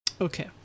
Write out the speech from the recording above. Okay